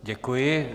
Děkuji.